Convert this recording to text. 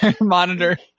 monitor